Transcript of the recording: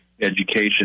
education